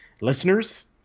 listeners